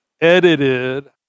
edited